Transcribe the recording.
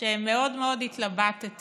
שמאוד מאוד התלבטתי